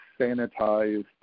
sanitized